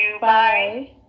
Bye